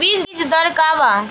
बीज दर का वा?